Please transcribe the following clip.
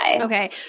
Okay